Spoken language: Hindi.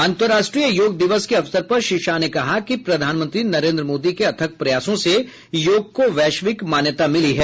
अंतर्राष्ट्रीय योग दिवस के अवसर पर श्री शाह ने कहा कि प्रधानमंत्री नरेन्द्र मोदी के अथक प्रयासों से योग को वैश्विक मान्यता मिली है